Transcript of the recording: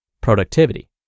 productivity